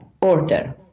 order